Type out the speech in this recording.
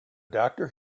doctor